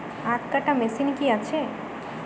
আখ কাটা মেশিন কি আছে?